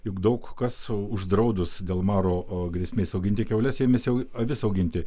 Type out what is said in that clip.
juk daug kas uždraudus dėl maro grėsmės auginti kiaules ėmėsi avis auginti